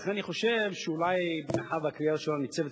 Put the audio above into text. לכן אני חושב שאולי מאחר שהקריאה הראשונה ניצבת,